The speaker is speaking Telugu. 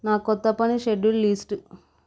నా కొత్త పని షెడ్యూల్ లిస్ట్